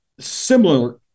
similarly